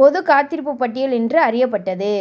பொது காத்திருப்பு பட்டியல் என்று அறியப்பட்டது